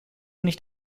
nicht